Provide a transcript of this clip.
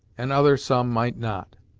and other some might not.